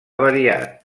variat